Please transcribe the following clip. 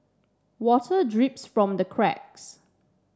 water drips from the cracks